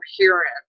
coherence